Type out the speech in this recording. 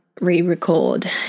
re-record